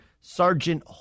Sergeant